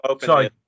sorry